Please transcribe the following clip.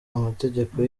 amategeko